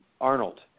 Arnold